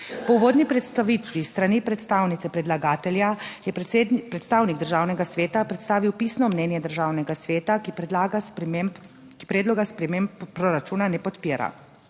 Po uvodni predstavitvi s strani predstavnice predlagatelja je predstavnik Državnega sveta predstavil pisno mnenje Državnega sveta, ki predloga sprememb proračuna ne podpira.